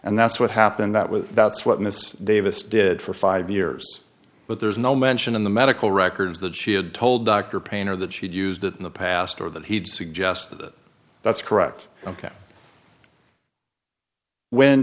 and that's what happened that with that's what mrs davis did for five years but there's no mention in the medical records that she had told dr painter that she'd used it in the past or that he'd suggested it that's correct ok when